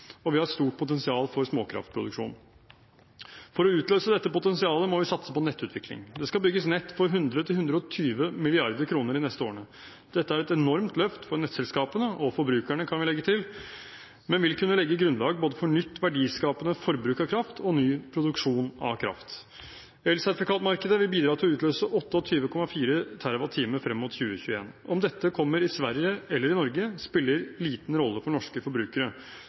og vi har et stort potensial for småkraftproduksjon. For å utløse dette potensialet må vi satse på nettutvikling. Det skal bygges nett for 100–120 mrd. kr de neste årene. Dette er et enormt løft for nettselskapene – og for forbrukerne, kan vi legge til – men det vil kunne legge grunnlag både for nytt verdiskapende forbruk av kraft og for ny produksjon av kraft. Elsertifikatmarkedet vil bidra til å utløse 28,4 TWh frem mot 2021. Om dette kommer i Sverige eller i Norge, spiller liten rolle for norske forbrukere.